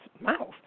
mouth